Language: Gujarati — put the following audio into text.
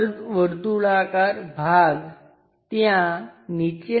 અહીં જ્યારે આપણે બાજુ તરફથી જોઈએ છીએ ત્યાં હોલ છે આ લાઈનો દેખાશે